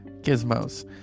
Gizmos